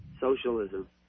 Socialism